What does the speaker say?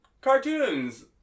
cartoons